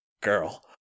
girl